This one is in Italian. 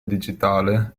digitale